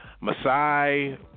Masai